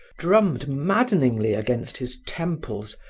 drummed maddeningly against his temples,